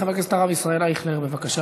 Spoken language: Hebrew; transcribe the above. חבר הכנסת הרב ישראל אייכלר, בבקשה,